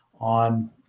on